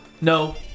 No